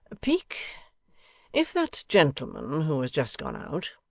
peak if that gentleman who has just gone out